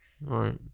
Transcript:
right